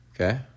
Okay